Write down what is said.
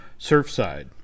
Surfside